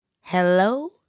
Hello